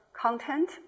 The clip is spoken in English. content